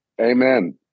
Amen